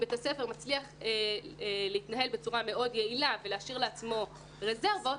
בית הספר מצליח להתנהל בצורה מאוד יעילה ולהשאיר לעצמו רזרבות,